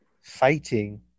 fighting